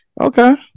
Okay